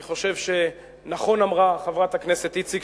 אני חושב שנכון אמרה חברת הכנסת איציק,